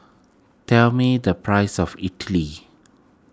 tell me the price of Idili